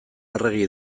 arregi